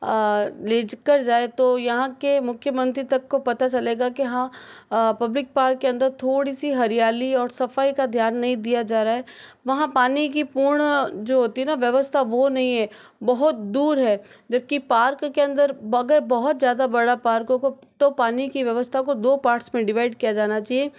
लेकर जाए तो यहाँ के मुख्यमंत्री तक को पता चलेगा कि हाँ पब्लिक पार्क के अंदर थोड़ी सी हरियाली और सफ़ाई का ध्यान नहीं दिया जा रहा है वहाँ पानी की पूर्ण जो होती ना व्यवस्था वो नहीं है बहुत दूर है जबकि पार्क के अंदर बहुत ज़्यादा बड़ा पार्कों को तो पानी की व्यवस्था को दो पार्ट्स में डिवाइड किया जाना चाहिए